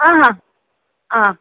हां हां हां